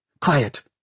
Quiet